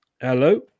Hello